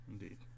Indeed